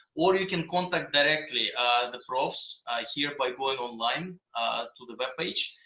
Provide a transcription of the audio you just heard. or you can contact directly the profs here by going online to the web page.